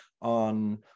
on